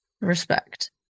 Respect